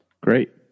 Great